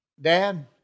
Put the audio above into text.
Dad